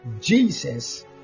jesus